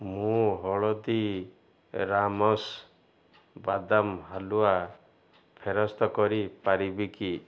ମୁଁ ହଳଦୀରାମସ୍ ବାଦାମ ହାଲୁଆ ଫେରସ୍ତ କରିପାରିବି କି